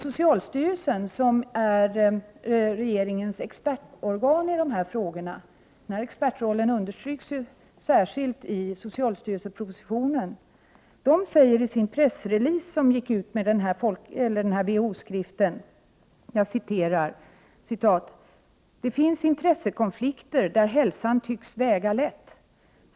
Socialstyrelsen, som är regeringens expertorgan i dessa frågor — den expertrollen understryks särskilt i socialstyrelsepropositionen — säger däremot i den pressrelease som gick ut med WHO-skriften: Det finns intressekonflikter där hälsan tycks väga lätt.